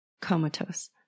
comatose